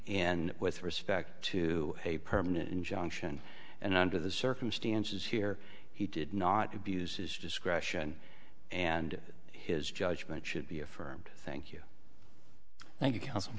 in with respect to a permanent injunction and under the circumstances here he did not abuse his discretion and his judgment should be affirmed thank you thank you